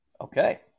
Okay